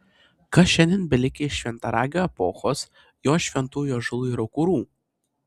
kas šiandien belikę iš šventaragio epochos jos šventųjų ąžuolų ir aukurų